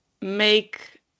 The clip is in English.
make